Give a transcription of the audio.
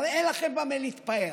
הרי אין לכם במה להתפאר.